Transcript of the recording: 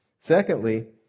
Secondly